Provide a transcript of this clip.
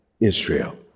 Israel